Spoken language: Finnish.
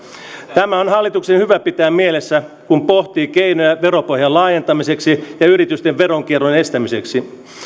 tämä on hallituksen hyvä pitää mielessä kun se pohtii keinoja veropohjan laajentamiseksi ja yritysten veronkierron estämiseksi